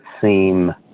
seem